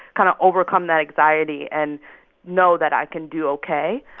kind of overcome that anxiety and know that i can do ok.